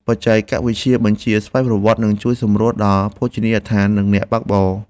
បច្ចេកវិទ្យាបញ្ជាស្វ័យប្រវត្តិ នឹងជួយសម្រួលដល់ភោជនីយដ្ឋាន និងអ្នកបើកបរ។